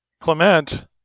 Clement